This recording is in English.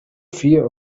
fear